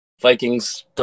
Vikings